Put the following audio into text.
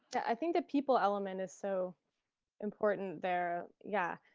i think that people element is so important there. yeah